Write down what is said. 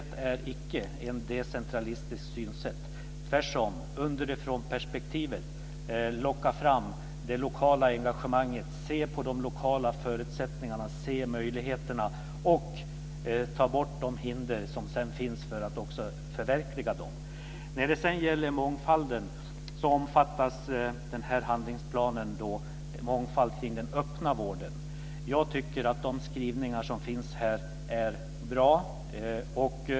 Tvärtom lockar underifrånperspektivet fram det lokala engagemanget, så att man ser på de lokala förutsättningarna, ser möjligheterna och tar bort de hinder som finns för att detta också ska kunna förverkligas. Denna handlingsplan omfattas av mångfald kring den öppna vården. Jag tycker att de skrivningar som finns här är bra.